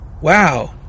Wow